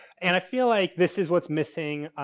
and i feel like this is what's missing.